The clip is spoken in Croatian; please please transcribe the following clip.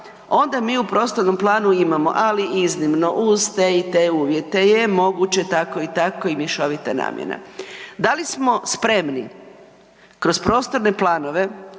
ona mi u prostornom planu imamo, ali iznimno uz te i te uvjete je moguće tako i tako i mješovita namjena. Da li smo spremni kroz prostorne planove